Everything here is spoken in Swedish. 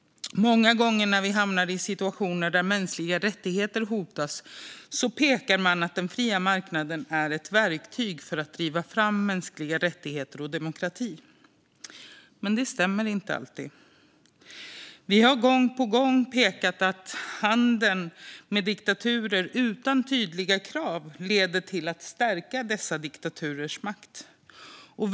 Många gånger när vi hamnar i situationer där mänskliga rättigheter hotas pekar man på att den fria marknaden är ett verktyg för att driva fram mänskliga rättigheter och demokrati. Men det stämmer inte alltid. Vi har gång på gång pekat på att handel med diktaturer utan tydliga krav leder till att dessa diktaturers makt stärks.